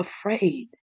afraid